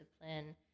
discipline